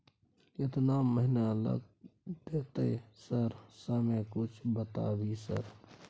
केतना महीना लग देतै सर समय कुछ बता भी सर?